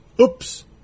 Oops